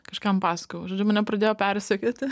kažkam pasakojau žodžiu mane pradėjo persekioti